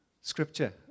Scripture